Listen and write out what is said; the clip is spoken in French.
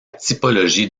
typologie